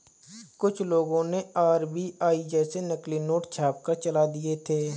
कुछ लोगों ने आर.बी.आई जैसे नकली नोट छापकर चला दिए थे